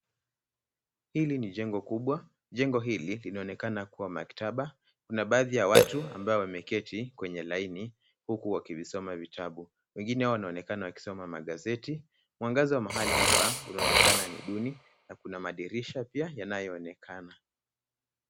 Hili ni jengo kubwa, jengo hili linaonekana kuwa maktaba, kuna baadhi ya watu ambao wameketi kwenye laini huku wakivizisoma vitabu, wengine wanaonekana wakisoma magazeti, mwangaza wa mahali hapa unaonekana ni duni na kuna madirisha pia yanayoonekana.